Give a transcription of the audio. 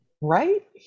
Right